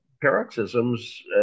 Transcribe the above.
paroxysms